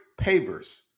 pavers